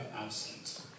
absent